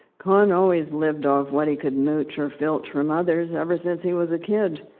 conn always lived off what he could mooch or filch from others, ever since he was a kid.